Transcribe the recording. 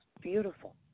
beautiful